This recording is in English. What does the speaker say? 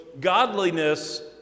godliness